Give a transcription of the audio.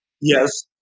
yes